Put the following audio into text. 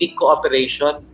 cooperation